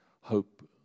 hope